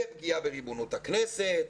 לפגיעה בריבונות הכנסת,